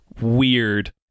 weird